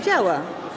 Działa.